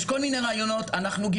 יש כל מיני רעיונות שגיבשנו.